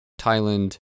Thailand